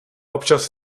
občas